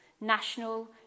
national